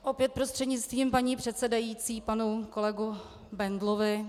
Opět prostřednictvím paní předsedající panu kolegovi Bendlovi.